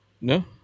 No